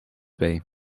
bij